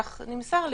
כך נמסר לי,